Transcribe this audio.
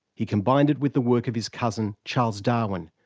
he combined it with the work of his cousin, charles darwin,